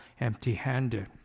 empty-handed